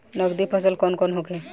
नकदी फसल कौन कौनहोखे?